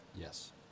yes